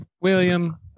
William